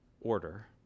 order